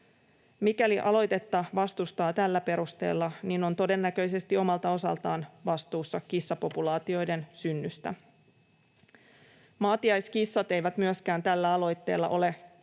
Mikäli aloitetta vastustaa tällä perusteella, on todennäköisesti omalta osaltaan vastuussa kissapopulaatioiden synnystä. Maatiaiskissat eivät myöskään tällä aloitteella ole katoamassa